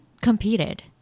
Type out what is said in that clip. competed